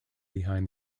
behind